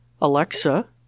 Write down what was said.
Alexa